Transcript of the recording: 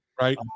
right